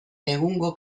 egungo